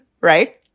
right